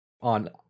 on